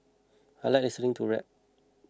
I like listening to rap